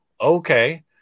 okay